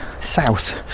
south